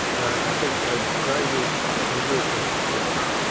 and i think they will have a real positive spin on it.